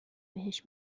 بهش